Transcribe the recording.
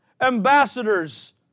ambassadors